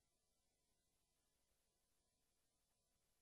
מה זורם לי בברזים של הבית, מים או קולה?